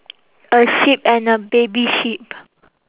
a sheep and a baby sheep